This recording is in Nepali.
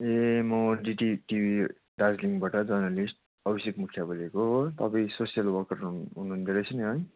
ए म डिटी टिभी दार्जिलिङबाट जर्नलिस्ट अभिषेक मुखिया बोलेको हो तपाईँ सोसियल वर्कर हुुनुहुँदो रहेछ नि है